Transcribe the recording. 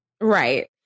Right